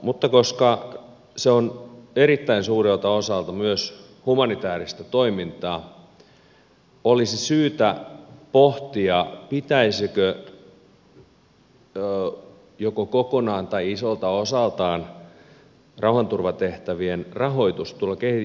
mutta koska se on erittäin suurelta osalta myös humanitääristä toimintaa olisi syytä pohtia pitäisikö joko kokonaan tai isolta osaltaan rauhanturvatehtävien rahoituksen tulla kehitysyhteistyörahoista